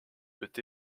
peut